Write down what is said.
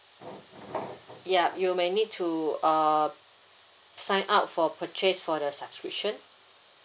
ya you may need to uh sign up for purchase for the subscription